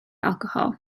alcohol